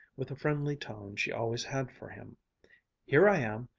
with the friendly tone she always had for him here i am!